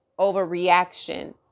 overreaction